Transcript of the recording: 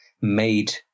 made